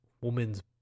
woman's